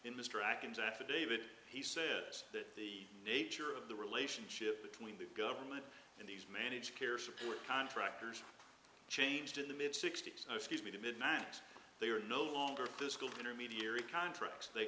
in mr act into affidavit he says that the nature of the relationship between the government and these managed care support contractors changed in the mid sixty's excuse me to midnight they were no longer physical intermediary contracts they